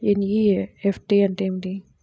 NEFT అంటే ఏమిటి?